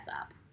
up